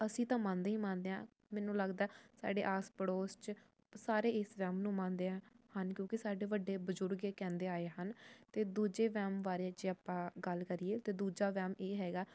ਅਸੀਂ ਤਾਂ ਮੰਨਦੇ ਹੀ ਮੰਨਦੇ ਹਾਂ ਮੈਨੂੰ ਲੱਗਦਾ ਸਾਡੇ ਆਸ ਪੜੋਸ 'ਚ ਸਾਰੇ ਇਸ ਵਹਿਮ ਨੂੰ ਮੰਨਦੇ ਆ ਸਾਨੂੰ ਕਿਉਂਕਿ ਸਾਡੇ ਵੱਡੇ ਬਜ਼ੁਰਗ ਕਹਿੰਦੇ ਆਏ ਆ ਅਤੇ ਦੂਜੇ ਵਹਿਮ ਬਾਰੇ ਜੇ ਆਪਾਂ ਗੱਲ ਕਰੀਏ ਤਾਂ ਦੂਜਾ ਵਹਿਮ ਇਹ ਹੈਗਾ